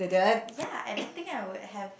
ya I don't think I would have